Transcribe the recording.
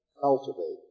cultivate